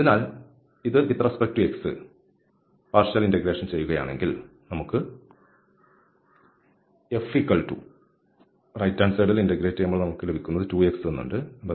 അതിനാൽ ഇത് x മായി ഭാഗികമായി ഇന്റഗ്രേറ്റ് ചെയ്യൂകയാണെങ്കിൽ നമുക്ക് ഇവിടെ ലഭിക്കുന്നത് 2x ആണ്